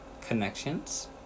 connections